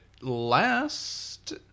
last